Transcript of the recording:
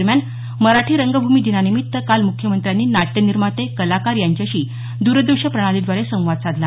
दरम्यान मराठी रंगभूमी दिनानिमित्त काल मुख्यमंत्र्यांनी नाट्य निर्माते कलाकार यांच्याशी द्रदृश्य प्रणालीद्वारे संवाद साधला